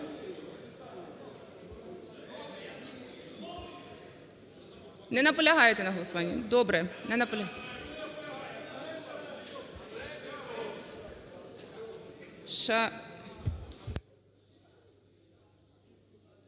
Не наполягаєте на голосуванні? Добре.